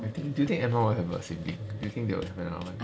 I think do you think emma will have a sibling do you think they'll have another one